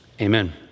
Amen